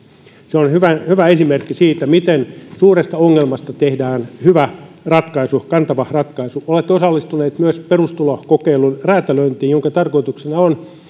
se on hyvä hyvä esimerkki siitä miten suuresta ongelmasta tehdään hyvä kantava ratkaisu olette osallistunut myös perustulokokeilun räätälöintiin jonka tarkoituksena on